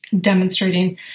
Demonstrating